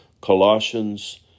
Colossians